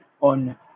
on